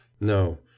No